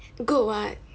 good [what]